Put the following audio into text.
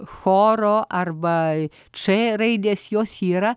choro arba č raidės jos yra